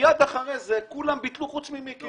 מיד אחר כך כולם ביטלו חוץ ממיקי.